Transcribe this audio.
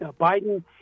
Biden